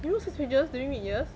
you wrote six pages during mid years